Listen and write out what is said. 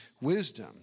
wisdom